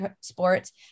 sports